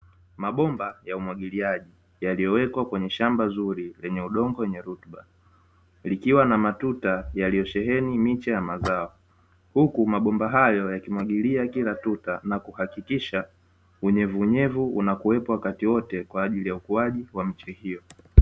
Mabomba ya umwagiliaji yaliyowekwa kwenye shamba zuri lenye udongo wenye rutuba, likiwa na matuta yaliyosheheni miche ya mazao. Huku mabomba hayo yakimwagilia kila tuta na kuhakikisha unyevuunyevu unakuwepo wakati wote kwa ajili ya ukuaji wa miche hiyo.